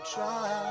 Try